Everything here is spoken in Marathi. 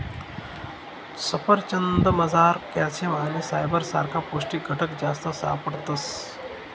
सफरचंदमझार कॅल्शियम आणि फायबर सारखा पौष्टिक घटक जास्त सापडतस